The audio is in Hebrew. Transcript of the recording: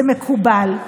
זה מקובל,